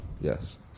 Yes